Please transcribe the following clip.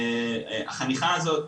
החניכה הזאת,